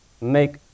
make